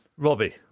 Robbie